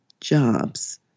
jobs